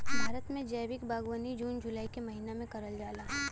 भारत में जैविक बागवानी जून जुलाई के महिना में करल जाला